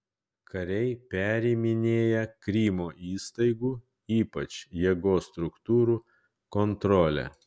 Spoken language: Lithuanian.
kariai periminėja krymo įstaigų ypač jėgos struktūrų kontrolę